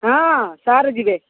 ହଁ ସାର୍ ଯିବେ